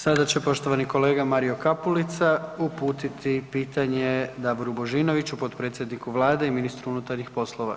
Sada će poštovani kolega Mario Kapulica uputiti pitanje Davoru Božinoviću, potpredsjedniku Vlade i ministru unutarnjih poslova.